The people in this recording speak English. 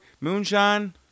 Moonshine